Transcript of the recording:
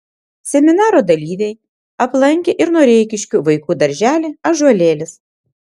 seminaro dalyviai aplankė ir noreikiškių vaikų darželį ąžuolėlis